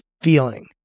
feeling